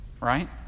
right